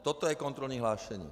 Toto je kontrolní hlášení.